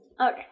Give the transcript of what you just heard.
Okay